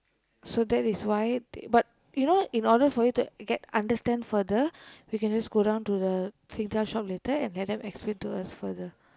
so that is why but you know in order for you to get understand further we can just go down to the Singtel shop later and let them explain to us further